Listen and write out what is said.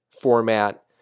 format